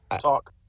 talk